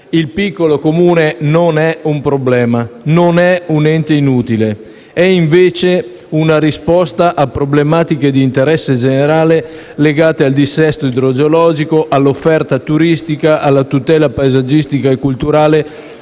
Il piccolo Comune non è un problema e non è un ente inutile: rappresenta invece una risposta a problematiche di interesse generale, legate al dissesto idrogeologico, all'offerta turistica, alla tutela paesaggistica culturale